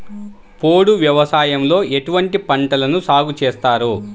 పోడు వ్యవసాయంలో ఎటువంటి పంటలను సాగుచేస్తారు?